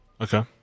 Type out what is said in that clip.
Okay